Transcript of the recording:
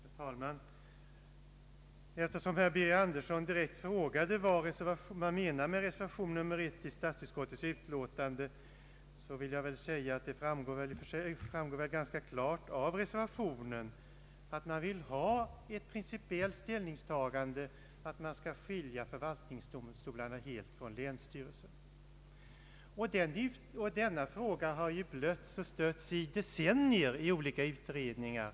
Herr talman! Eftersom herr Birger Andersson direkt frågade, vad som menas med reservation 1 i statsutskottets utlåtande, vill jag säga att det väl ganska klart framgår av reservationen att reservanterna vill ha ett principiellt beslut om att man skall skilja förvaltningsdomstolarna helt från länsstyrelsen. Denna fråga har ju stötts och blötts i decennier i olika utredningar.